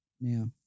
now